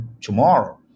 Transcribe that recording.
tomorrow